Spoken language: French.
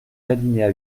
l’alinéa